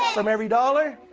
from every dollar,